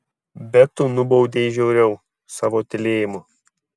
bet tu nubaudei žiauriau savo tylėjimu